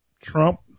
Trump